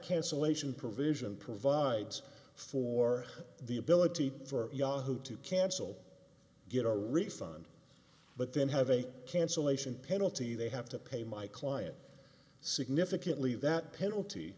cancellation provision provides for the ability for yahoo to cancel get a refund but then have a cancellation penalty they have to pay my client significantly that penalty